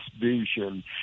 vision